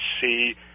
see